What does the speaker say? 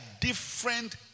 different